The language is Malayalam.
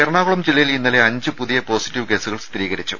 എറണാകുളം ജില്ലയിൽ ഇന്നലെ അഞ്ച് പുതിയ പോസിറ്റീവ് കേസുകൾ സ്ഥിരീകരിച്ചു